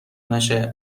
نشه